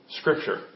scripture